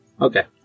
Okay